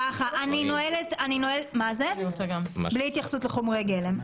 בלי התייחסות לחומרי גלם.